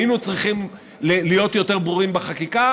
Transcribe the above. היינו צריכים להיות יותר ברורים בחקיקה.